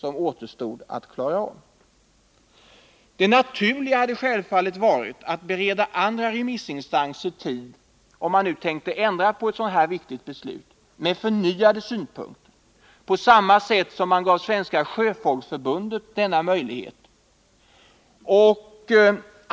Om man nu tänkte ändra på ett så här viktigt beslut, hade det naturliga självfallet varit att bereda andra remissinstanser tid att inkomma med förnyade synpunkter — på samma sätt som man gav Svenska sjöfolksförbundet denna möjlighet.